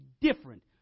different